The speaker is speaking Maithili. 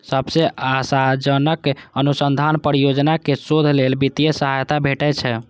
सबसं आशाजनक अनुसंधान परियोजना कें शोध लेल वित्तीय सहायता भेटै छै